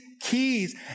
keys